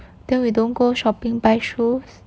then we don't go shopping buy shoes